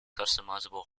customizable